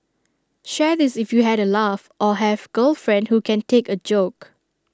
share this if you had A laugh or have girlfriend who can take A joke